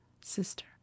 Sister